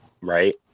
Right